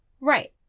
Right